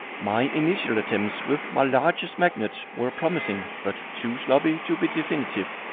my initial attempts with my largest magnet were promising but too sloppy to be definitive.